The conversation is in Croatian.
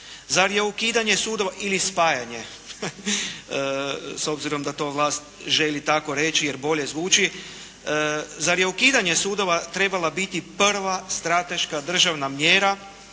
Zar je ukidanje sudova, ili spajanje, s obzirom da to vlast želi tako reći jer bolje zvuči, zar je ukidanje sudova trebala biti prva strateška državna mjera